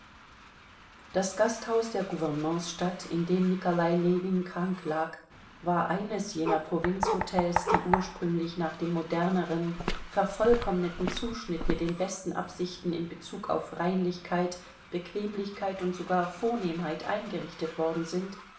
das gasthaus der gouvernementsstadt in dem nikolai ljewin krank lag war eines jener provinzhotels die ursprünglich nach dem modernen vervollkommneten zuschnitt mit den besten absichten in bezug auf reinlichkeit bequemlichkeit und sogar vornehmheit eingerichtet worden sind